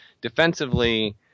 Defensively